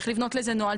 צריך לבנות לזה נוהל,